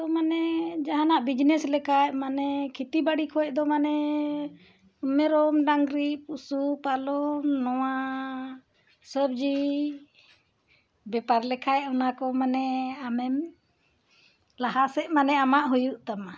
ᱢᱟᱱᱮ ᱡᱟᱦᱟᱱᱟᱜ ᱵᱤᱡᱽᱱᱮᱥ ᱞᱮᱠᱷᱟᱱ ᱢᱟᱱᱮ ᱠᱷᱮᱛᱤ ᱵᱟᱲᱤ ᱠᱷᱚᱱ ᱫᱚ ᱢᱟᱱᱮ ᱢᱮᱨᱚᱢ ᱰᱟᱹᱝᱨᱤ ᱯᱚᱥᱩ ᱯᱟᱞᱚᱱ ᱱᱚᱣᱟ ᱥᱚᱵᱽᱡᱤ ᱵᱮᱯᱟᱨ ᱞᱮᱠᱷᱟᱱ ᱚᱱᱟᱠᱚ ᱢᱟᱱᱮ ᱟᱢᱮᱢ ᱞᱟᱦᱟᱥᱮᱫ ᱢᱟᱱᱮ ᱟᱢᱟᱜ ᱦᱩᱭᱩᱜ ᱛᱟᱢᱟ